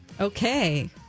Okay